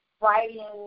writing